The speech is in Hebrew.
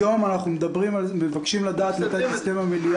היום אנחנו מבקשים לדעת מתי תסתיים המליאה